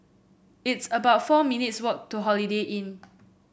it's about four minutes walk to Holiday Inn